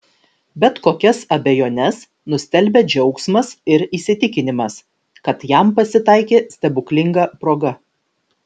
bet kokias abejones nustelbia džiaugsmas ir įsitikinimas kad jam pasitaikė stebuklinga proga